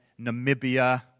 Namibia